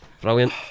Brilliant